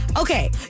Okay